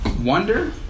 wonder